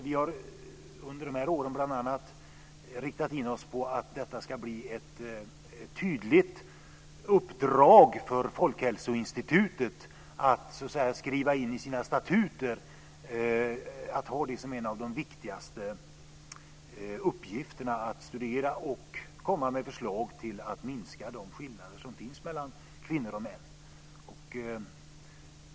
Vi har under dessa år bl.a. riktat in oss på att denna forskning ska bli ett tydligt uppdrag för Folkhälsoinstitutet. Man ska skriva in denna frågeställning i sina statuter. Några av de viktigaste uppgifterna ska vara att studera och komma med förslag till hur man minskar de skillnader som finns mellan kvinnor och män.